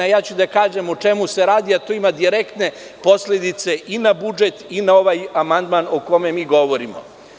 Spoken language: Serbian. Reći ću vam o čemu se radi, a to ima direktne posledice i na budžet i na ovaj amandman o kome mi govorimo.